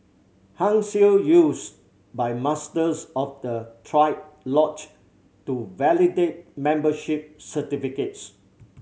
Hung Seal used by Masters of the triad lodge to validate membership certificates